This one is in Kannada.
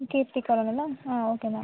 ಕೀರ್ತಿ ಕಲೊನಿ ಅಲಾ ಹಾಂ ಓಕೆ ಮ್ಯಾಮ್